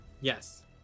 yes